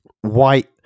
White